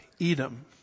Edom